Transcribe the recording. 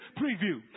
preview